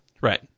Right